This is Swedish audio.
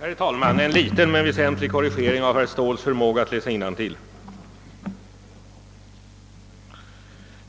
Herr talman! En liten men väsentlig korrigering av herr Ståhls förmåga att läsa innantill!